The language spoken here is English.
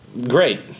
great